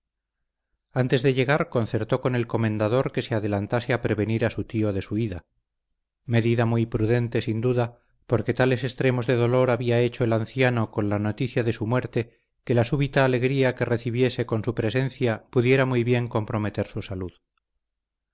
antes de llegar concertó con el comendador que se adelantase a prevenir a su tío de su ida medida muy prudente sin duda porque tales extremos de dolor había hecho el anciano con la noticia de su muerte que la súbita alegría que recibiese con su presencia pudiera muy bien comprometer su salud